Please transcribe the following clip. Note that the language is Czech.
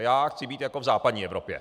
Já chci být jako v západní Evropě.